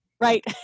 right